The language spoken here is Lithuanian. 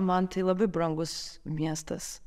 man tai labai brangus miestas